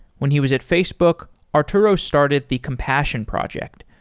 when he was at facebook, arturo started the compassion project,